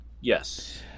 Yes